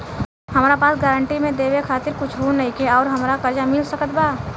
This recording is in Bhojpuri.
हमरा पास गारंटी मे देवे खातिर कुछूओ नईखे और हमरा कर्जा मिल सकत बा?